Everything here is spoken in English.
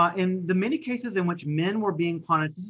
ah in the many cases in which men were being punished,